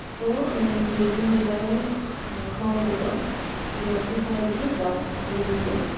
ᱠᱚ ᱵᱤᱨᱵᱷᱩᱢ ᱡᱮᱞᱟᱨᱮᱱ ᱦᱚᱲᱠᱚᱫᱚ ᱡᱟᱹᱥᱛᱤ ᱠᱟᱭᱛᱮᱜᱮ ᱪᱟᱥ ᱟᱹᱰᱤᱜᱮᱠᱚ